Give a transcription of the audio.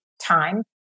time